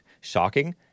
Shocking